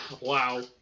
Wow